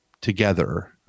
together